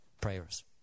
prayers